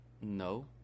No